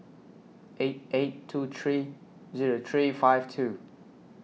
eight eight two three Zero three five two